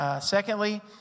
Secondly